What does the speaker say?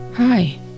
Hi